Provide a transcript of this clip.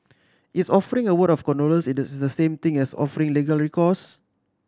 is offering a word of condolence it the same thing as offering legal recourse